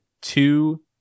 two